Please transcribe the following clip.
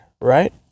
right